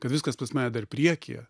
kad viskas pas mane dar priekyje